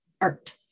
Art